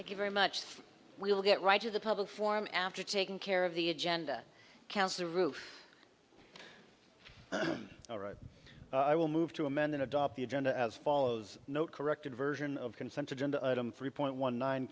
you very much we'll get right to the public form after taking care of the agenda kells the roof all right i will move to amend and adopt the agenda as follows no corrected version of consent agenda item three point one nine